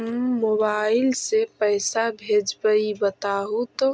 हम मोबाईल से पईसा भेजबई बताहु तो?